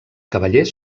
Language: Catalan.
cavallers